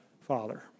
father